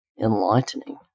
Enlightening